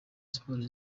sports